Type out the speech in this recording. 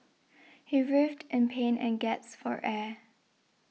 he writhed in pain and gasped for air